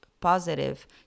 positive